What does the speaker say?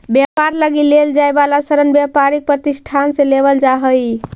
व्यापार लगी लेल जाए वाला ऋण व्यापारिक प्रतिष्ठान से लेवल जा हई